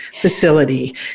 facility